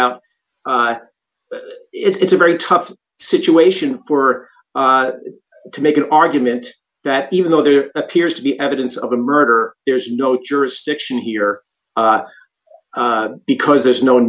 out that it's a very tough situation for to make an argument that even though there appears to be evidence of a murder there's no jurisdiction here because there's no